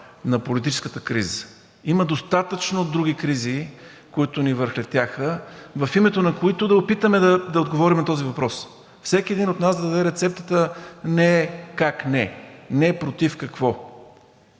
на политическата криза. Има достатъчно други кризи, които ни връхлетяха, в името на които да опитаме да отговорим на този въпрос. Всеки един от нас да даде рецептата не как не, не против какво,